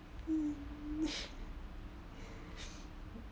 hmm